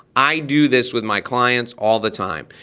i do this with my clients all the time.